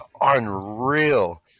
unreal